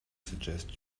suggest